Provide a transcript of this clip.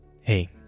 Hey